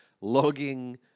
logging